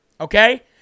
Okay